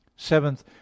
seventh